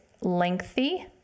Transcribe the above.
lengthy